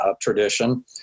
tradition